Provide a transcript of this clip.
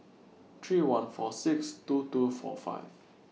three one four six two two four five